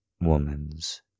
woman's